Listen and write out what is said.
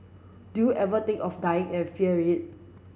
do you ever think of dying and fear it